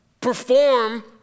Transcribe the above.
perform